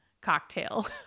cocktail